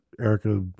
Erica